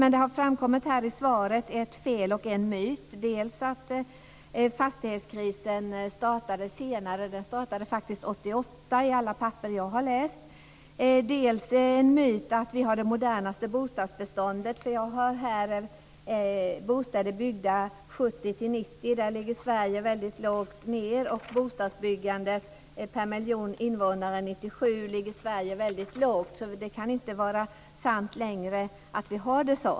Men det har i svaret framkommit ett fel och en myt, dels att fastighetskrisen startade senare - den startade faktiskt 1988 enligt alla papper som jag har läst - dels myten att vi har det modernaste bostadsbetåndet. Jag har läst att vad gäller bostäder byggda 1970-1990 ligger Sverige väldigt långt ned, och bostadsbyggandet i Sverige per miljon invånare 1997 ligger väldigt lågt, så det som står i svaret kan inte vara sant.